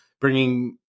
bringing